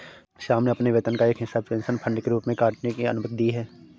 श्याम ने अपने वेतन का एक हिस्सा पेंशन फंड के रूप में काटने की अनुमति दी है